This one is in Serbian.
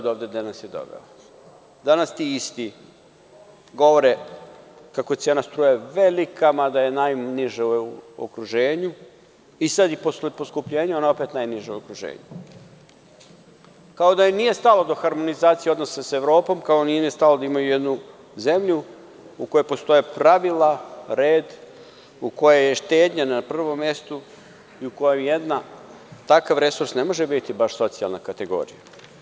Danas ti isti govore kako je cena struje velika, mada je najniža u okruženju, i sada je posle poskupljenja opet najniža u okruženju, kao da im nije stalo do harmonizacije odnosa sa Evropom, kao da im nije stalo da imaju jednu zemlju u kojoj postoje pravila, red, u kojoj je štednja na prvom mestu i u kojoj jedan takav resurs ne može biti baš socijalna kategorija.